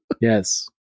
Yes